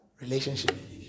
Relationship